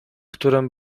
którym